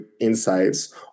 insights